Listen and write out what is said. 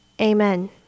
Amen